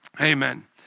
amen